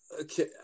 Okay